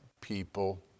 people